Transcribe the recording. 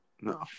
No